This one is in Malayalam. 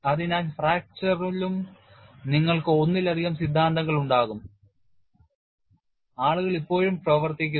അതിനാൽ ഫ്രാക്ചർ ലും നിങ്ങൾക്ക് ഒന്നിലധികം സിദ്ധാന്തങ്ങൾ ഉണ്ടാകും ആളുകൾ ഇപ്പോഴും പ്രവർത്തിക്കുന്നു